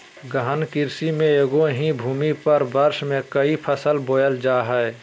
गहन कृषि में एगो ही भूमि पर वर्ष में क़ई फसल बोयल जा हइ